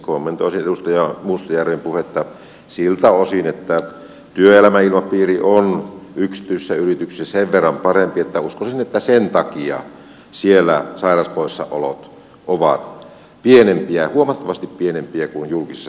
kommentoisin edustaja mustajärven puhetta siltä osin että työelämän ilmapiiri on yksityisissä yrityksissä sen verran parempi että uskoisin että sen takia siellä sairauspoissaolot ovat pienempiä huomattavasti pienempiä kuin julkisella työnantajalla